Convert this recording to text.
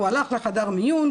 הוא הלך לחדר מיון,